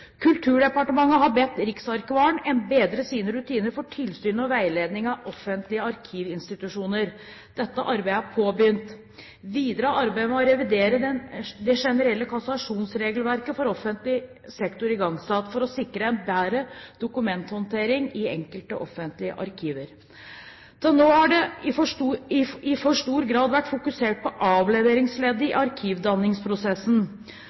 og veiledning av offentlige arkivinstitusjoner. Dette arbeidet er påbegynt. Videre er arbeidet med å revidere det generelle kassasjonsregelverket for offentlig sektor igangsatt for å sikre en bedre dokumenthåndtering i enkelte offentlige arkiver. Til nå har det i for stor grad vært fokusert på avleveringsleddet i arkivdanningsprosessen. For